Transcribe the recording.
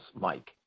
Mike